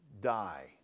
die